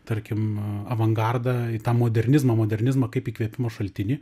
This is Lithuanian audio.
tarkim avangardą į tą modernizmą modernizmą kaip įkvėpimo šaltinį